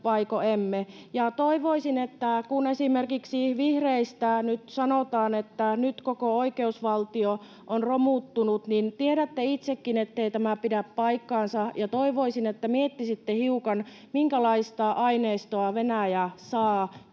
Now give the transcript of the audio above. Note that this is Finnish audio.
vaiko emme. Ja kun esimerkiksi vihreistä nyt sanotaan, että nyt koko oikeusvaltio on romuttunut, niin tiedätte itsekin, ettei tämä pidä paikkaansa. Toivoisin, että miettisitte hiukan, minkälaista aineistoa Venäjä saa